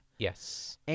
Yes